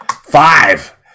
five